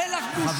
אין לך בושה?